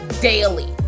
daily